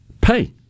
pay